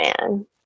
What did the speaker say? man